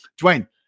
Dwayne